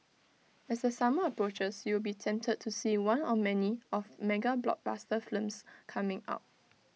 as the summer approaches you will be tempted to see one or many of mega blockbuster films coming out